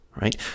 right